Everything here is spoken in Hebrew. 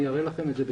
אני אראה לכם את זה.